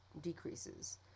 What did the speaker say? decreases